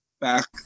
back